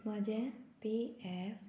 म्हजें pay app